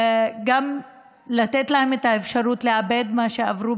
וגם לתת להם את האפשרות לעבד את מה שעברו.